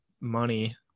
money